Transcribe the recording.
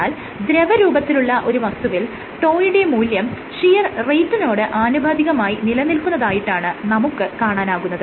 എന്നാൽ ദ്രവരൂപത്തിലുള്ള ഒരു വസ്തുവിൽ τ യുടെ മൂല്യം ഷിയർ റേറ്റിനോട് ആനുപാതികമായി നിലനിൽകുന്നതായിട്ടാണ് നമുക്ക് കാണാനാകുന്നത്